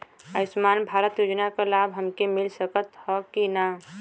आयुष्मान भारत योजना क लाभ हमके मिल सकत ह कि ना?